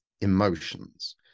emotions